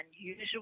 unusual